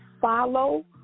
follow